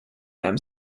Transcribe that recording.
them